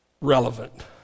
Relevant